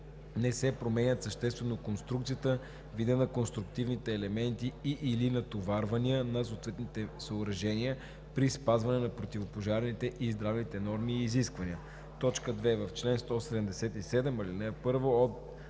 не се променят съществено конструкцията, видът на конструктивните елементи и/или натоварвания на съответните съоръжения, при спазване на противопожарните и здравните норми и изисквания. 2. В чл. 177, ал. 1 от